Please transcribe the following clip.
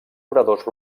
oradors